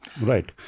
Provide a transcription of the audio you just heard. Right